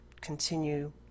continue